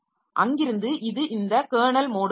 அங்கிருந்து இது இந்த கெர்னல் மோடுக்கு வரும்